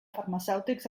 farmacèutics